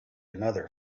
another